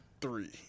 Three